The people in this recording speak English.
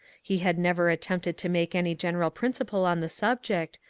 he had never attempted to make any general principle on the subject,